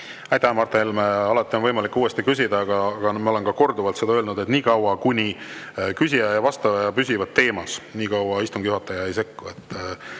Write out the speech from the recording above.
Aitäh, Mart Helme! Alati on võimalik uuesti küsida, aga ma olen ka korduvalt seda öelnud, et niikaua, kuni küsija ja vastaja püsivad teemas, istungi juhataja ei sekku.